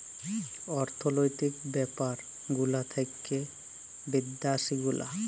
অর্থলৈতিক ব্যাপার গুলা থাক্যে বিদ্যাসি গুলা